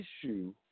issue